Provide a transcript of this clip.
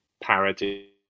parody